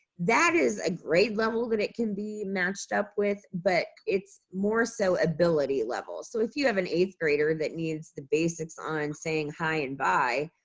that is a great level that it can be matched up with, but it's more so ability level. so if you have an eighth grader that needs the basics on saying hi and bye,